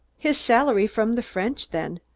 his salary from the french, then.